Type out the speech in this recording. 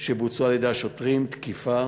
שבוצעו על-ידי השוטרים, תקיפה,